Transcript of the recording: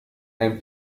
ein